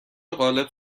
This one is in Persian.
قالب